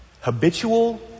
habitual